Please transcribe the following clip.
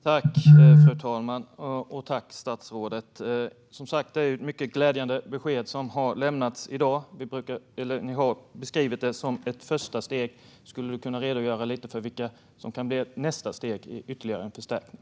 Fru talman! Det är som sagt ett mycket glädjande besked som har lämnats i dag. Ni har beskrivit det som ett första steg. Skulle statsrådet kunna redogöra för vad som kan bli nästa steg i ytterligare en förstärkning?